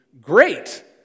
Great